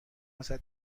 واست